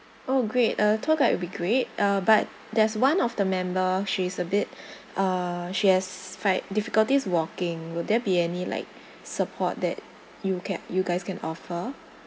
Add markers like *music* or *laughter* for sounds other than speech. oh great uh tour guide will be great uh but there's one of the member she's a bit *breath* uh she has fight difficulties walking will there be any like support that you can you guys can offer